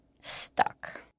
stuck